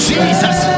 Jesus